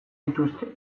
dituzte